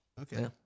okay